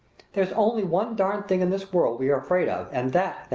there's only one darned thing in this world we are afraid of and that,